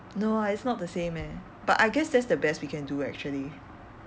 no ah it's not the same eh but I guess that's the best we can do actually